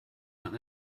man